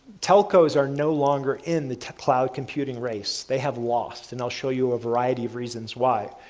telcos are no longer in the cloud computing race, they have lost, and they'll show you a variety of reasons why.